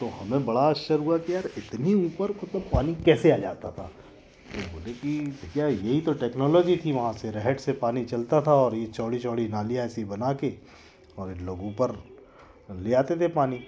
तो हमें बड़ा आश्चर्य हुआ कि यार इतनी ऊपर मतलब पानी कैसे आ जाता था वो बोले कि भैया यही तो टेक्नोलॉजी थी वहाँ से रेहेड से पानी चलता था और ये चौड़ी चौड़ी नालिया ऐसी बना के और इन लोगों पर ले आते थे पानी